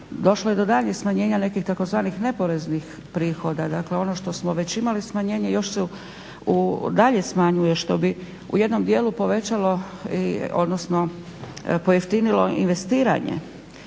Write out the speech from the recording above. Došlo je do daljnjih smanjenja nekih tzv. neporeznih prihoda. Dakle, ono što smo već imali smanjenje još se dalje smanjuje što bi u jednom dijelu povećalo, odnosno pojeftinilo investiranje.